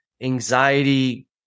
anxiety